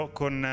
con